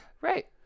Right